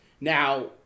Now